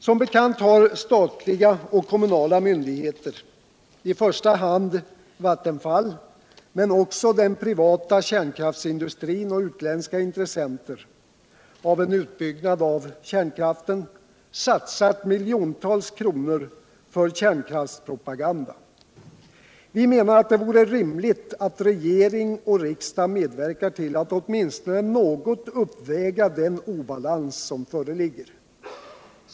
Som bekant har statliga och kommunala myndigheter. i första hand Vattenfall men också den privata kärnkraftsindustrin och utländska intressenter vad gäller en utbyggnad av kärnkraften, satsat miljontals kronor för kärnkraftspropaganda. Vi menar att det vore rimligt att regering och riksdag medverkar till att åtminstone något uppväga den obalans som föreligger.